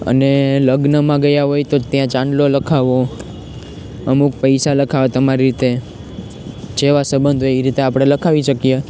અને લગ્નમાં ગયા હોય તો ત્યાં ચાંદલો લખાવો અમુક પૈસા લખાવા તમારી રીતે જેવા સબંધ હોય એ રીતે આપણે લખાવી શકીએ